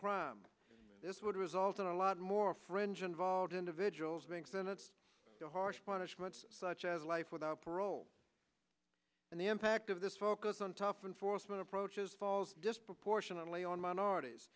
crime this would result in a lot more french involved individuals being senates the harsh punishments such as life without parole and the impact of the this focus on tough enforcement approaches falls disproportionately on minorities